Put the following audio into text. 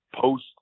post